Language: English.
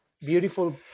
beautiful